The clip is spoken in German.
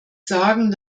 sagen